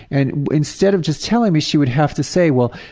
and instead of just telling me, she would have to say, well,